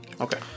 Okay